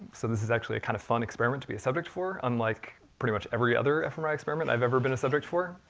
so this this actually a kind of fun experiment to be a subject for, unlike pretty much every other fmri experiment i've even been a subject for.